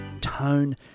Tone